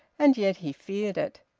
and yet he feared it.